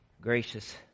Gracious